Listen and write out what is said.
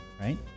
right